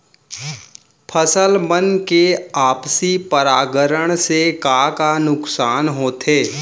फसल मन के आपसी परागण से का का नुकसान होथे?